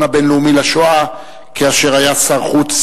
הבין-לאומי לשואה כאשר היה שר החוץ,